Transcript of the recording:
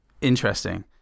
Interesting